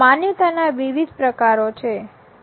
માન્યતાના વિવિધ પ્રકારો છે